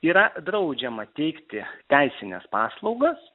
yra draudžiama teikti teisines paslaugas